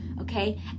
Okay